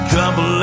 Couple